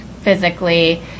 physically